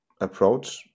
approach